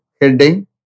heading